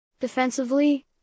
Defensively